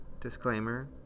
Disclaimer